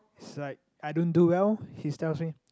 is like I don't do well he's tells me